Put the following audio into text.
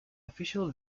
official